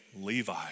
Levi